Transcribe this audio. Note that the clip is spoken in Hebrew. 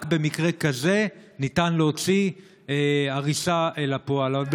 רק במקרה כזה ניתן להוציא הריסה לפועל.